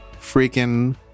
freaking